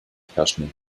herrschenden